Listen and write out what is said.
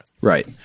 Right